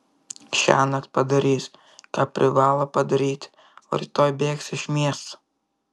šiąnakt padarys ką privalo padaryti o rytoj bėgs iš miesto